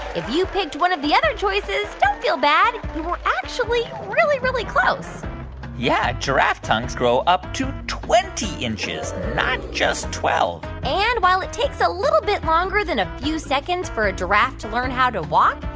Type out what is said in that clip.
if you picked one of the other choices, don't feel bad. you were actually really, really close yeah. giraffe tongues grow up to twenty inches, not just twelve point and while it takes a little bit longer than a few seconds for a giraffe to learn how to walk,